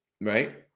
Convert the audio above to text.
Right